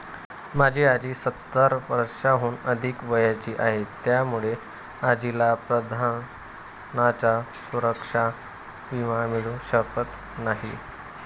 माझी आजी सत्तर वर्षांहून अधिक वयाची आहे, त्यामुळे आजीला पंतप्रधानांचा सुरक्षा विमा मिळू शकत नाही